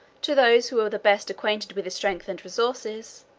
to those who were the best acquainted with his strength and resources,